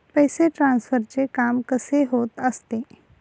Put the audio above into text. पैसे ट्रान्सफरचे काम कसे होत असते?